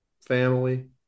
family